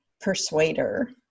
persuader